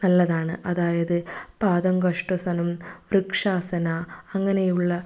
നല്ലതാണ് അതായത് പാദം വൃക്ഷാസന അങ്ങനെയുള്ള